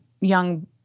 young